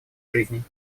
жизней